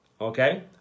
okay